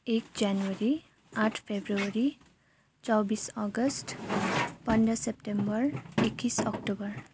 एक जनवरी आठ फेब्रुअरी चौबिस अगस्त पन्ध्र सेप्टेम्बर एक्काइस अक्टोबर